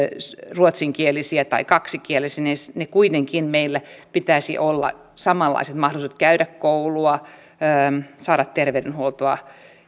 ruotsinkielisiä tai kaksikielisiä on vähemmän niin kuitenkin meillä pitäisi olla samanlaiset mahdollisuudet käydä koulua saada terveydenhuoltoa